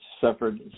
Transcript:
suffered